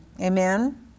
amen